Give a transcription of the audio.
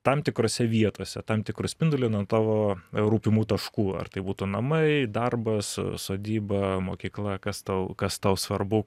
tam tikrose vietose tam tikru spinduliu nuo tavo rūpimų taškų ar tai būtų namai darbas sodyba mokykla kas tau kas tau svarbu